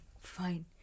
fine